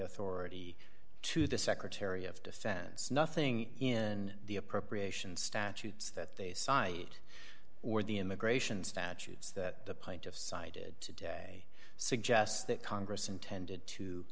authority to the secretary of defense nothing in the appropriations statutes that they sayit or the immigration statutes that the point of cited today suggests that congress intended to